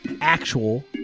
Actual